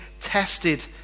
tested